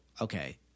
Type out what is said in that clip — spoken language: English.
Okay